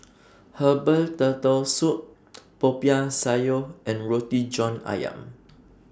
Herbal Turtle Soup Popiah Sayur and Roti John Ayam